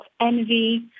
envy